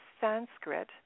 Sanskrit